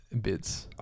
bits